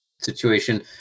situation